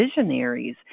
visionaries